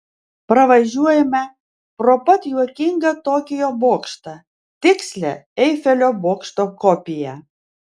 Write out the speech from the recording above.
pravažiuojame pro pat juokingą tokijo bokštą tikslią eifelio bokšto kopiją